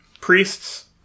Priests